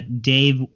Dave